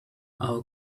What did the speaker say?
our